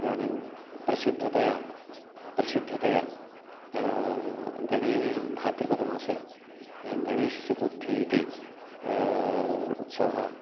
इदानीं प्रसिद्धतया प्रसिद्धतया गणे भाद्रपदमासे गणेशचतुर्थी इति उत्सवः